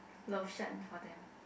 lotion for them